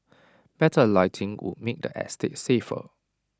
better lighting would make the estate safer